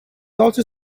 also